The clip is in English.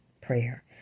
prayer